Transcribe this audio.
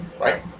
Right